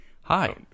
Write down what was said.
Hi